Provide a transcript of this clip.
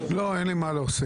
לא, אין לי מה להוסיף.